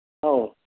ꯑꯧ